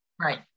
Right